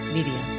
Media